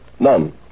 None